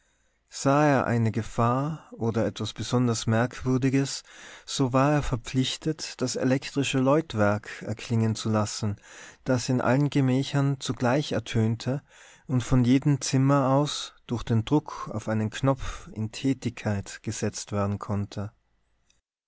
sah er eine gefahr oder etwas besonders merkwürdiges so war er verpflichtet das elektrische läutwerk erklingen zu lassen das in allen gemächern zugleich ertönte und von jedem zimmer aus durch den druck auf einen knopf in tätigkeit gesetzt werden konnte